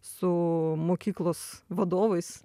su mokyklos vadovais